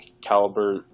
caliber